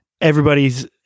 everybody's